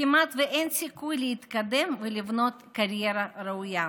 כמעט ואין סיכוי להתקדם ולבנות קריירה ראויה.